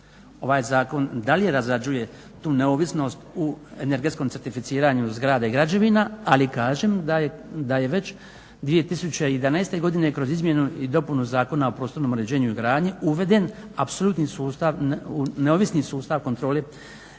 ovaj zakon da li razgrađuje tu neovisnost u energetskom certificiranju zgrada i građevina ali kažem da je već 2011. godine kroz izmjenu i dopunu Zakona o prostornom uređenju i gradnji uveden apsolutni sustav,